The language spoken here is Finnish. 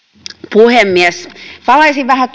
puhemies palaisin vähän